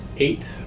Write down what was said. Eight